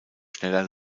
schneller